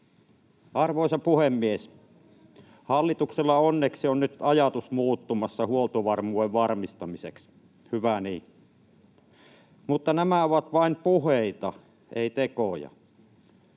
Arvoisa puhemies! Hallituksella onneksi on nyt ajatus muuttumassa huoltovarmuuden varmistamiseksi, hyvä niin. Mutta nämä ovat vain puheita, eivät tekoja.